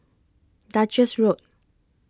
Duchess Road